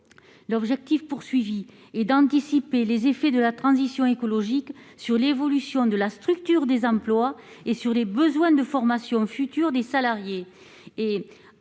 l'objectif poursuivi est d'anticiper les effets de la transition écologique sur l'évolution de la structure des emplois et sur les besoins de formation futur des salariés